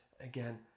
again